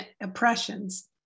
oppressions